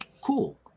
cool